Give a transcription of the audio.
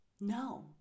No